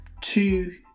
two